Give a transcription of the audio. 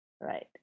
right